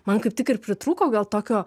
man kaip tik ir pritrūko gal tokio